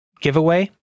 giveaway